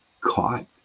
caught